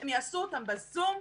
הם יעשו אותם בזום?